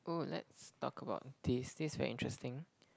oh let's talk about this this is very interesting